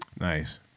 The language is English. Nice